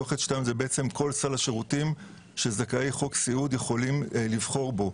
זה כל סל השירותים שזכאי חוק סיעוד יכולים לבחור בו.